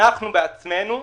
אנחנו בעצמנו,